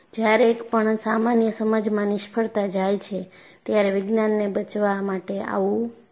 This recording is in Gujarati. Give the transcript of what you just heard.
જ્યારે પણ સામાન્ય સમજમાં નિષ્ફળતા જાય છે ત્યારે વિજ્ઞાનને બચાવ માટે આવવું પડશે